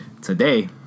Today